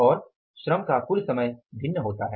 और श्रम का कुल समय भिन्न होता है